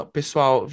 Pessoal